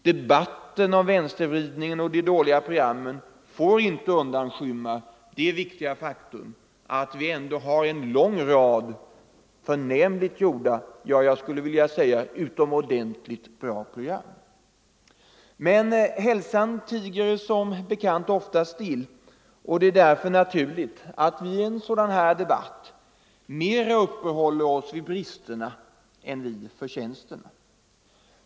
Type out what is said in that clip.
Debatten om vänstervridningen och de dåliga programmen får inte undanskymma det viktiga faktum att vi ändå har en lång rad förnämligt gjorda, ja, jag skulle vilja säga mycket bra program. Men hälsan tiger som bekant ofta still, och det är därför naturligt att vi i en sådan här debatt mera uppehåller oss vid bristerna än vid förtjänsterna.